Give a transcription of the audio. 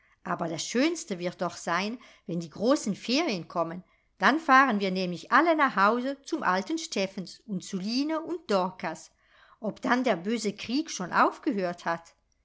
aber das schönste wird doch sein wenn die großen ferien kommen da fahren wir nämlich alle nach hause zum alten steffens und zu line und dorkas ob dann der böse krieg schon aufgehört hat